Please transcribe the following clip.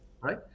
right